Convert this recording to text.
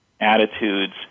attitudes